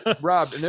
rob